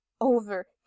over